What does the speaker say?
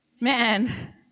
Man